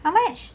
how much